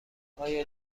آیا